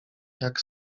jak